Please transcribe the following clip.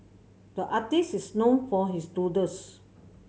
the artist is known for his doodles